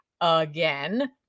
again